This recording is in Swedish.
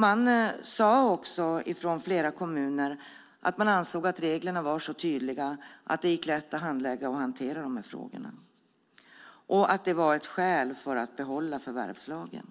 Man sade också från flera kommuner att man ansåg att reglerna var så tydliga att det gick lätt att handlägga och hantera de här frågorna och att det var ett skäl att behålla förvärvslagen.